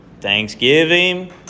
thanksgiving